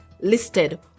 listed